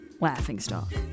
laughingstock